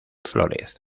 flórez